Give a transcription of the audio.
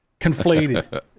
conflated